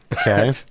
Okay